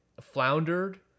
floundered